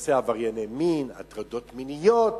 לנושא עברייני מין, הטרדות מיניות,